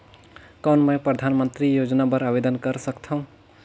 कौन मैं परधानमंतरी योजना बर आवेदन कर सकथव?